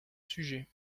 sujet